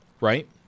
right